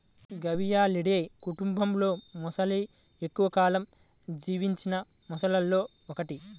గవియాలిడే కుటుంబంలోమొసలి ఎక్కువ కాలం జీవించిన మొసళ్లలో ఒకటి